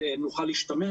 שנוכל להשתמש.